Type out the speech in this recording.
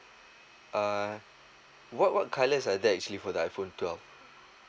uh what what colours are there actually for the iPhone twelve